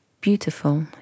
beautiful